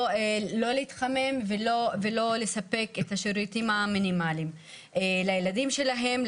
לא להתחמם ולא לספק את השירותים המינימליים לילדים שלהם,